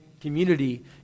Community